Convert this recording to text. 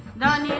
not